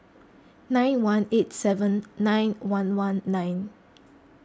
nine one eight seven nine one one nine